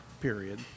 period